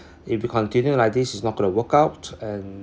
if you continue like this it's not going to work out and